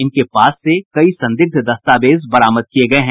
इनके पास से कई संदिग्ध दस्तावेज बरामद किये गये है